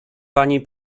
pani